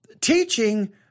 teaching